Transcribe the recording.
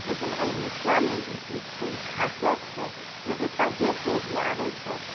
लेकिन एहि मिथिलामे ई चीज छै ई खासियत छै जे एतौ जे केओ भी आबैत छथि